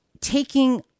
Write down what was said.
taking